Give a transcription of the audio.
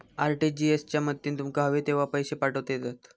RTGS च्या मदतीन तुमका हवे तेव्हा पैशे पाठवता येतत